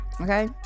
Okay